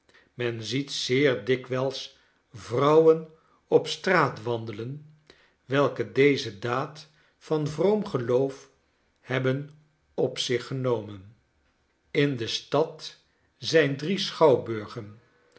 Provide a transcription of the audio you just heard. men ziet zeer dikwijls vrouwen op straat wandelen welke deze daad van vroom geloof hebben op zich genomen in de stad zijn drie schouwburgen en